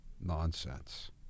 nonsense